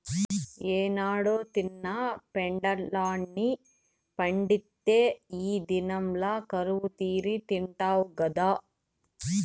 ఏనాడో తిన్న పెండలాన్ని పండిత్తే ఈ దినంల కరువుతీరా తిండావు గదా